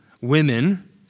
Women